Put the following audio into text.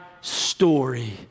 story